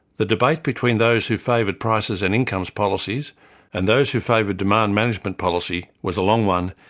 the debate between those who favoured prices and incomes policies and those who favoured demand management policy was a long one,